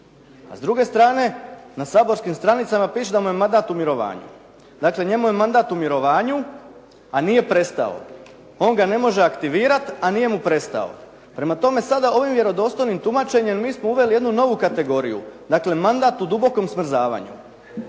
A s druge strane, na saborskim stranicama piše da mu je mandat u mirovanju. Dakle, njemu je mandat u mirovanju, a nije prestao. On ga ne može aktivirati, a nije mu prestao. Prema tome, sada ovim vjerodostojnim tumačenjem, mi smo uveli jednu novu kategoriju. Dakle, mandat u dubokom smrzavanju.